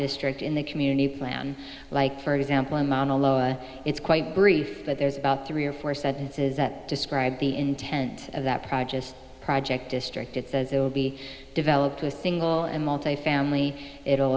district in the community plan like for example a monologue it's quite brief but there's about three or four sentences that describe the intent of that project project district it says it will be developed to a single and multifamily it